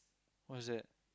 what's that